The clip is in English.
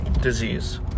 disease